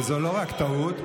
זו לא רק טעות,